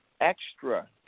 extra